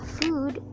food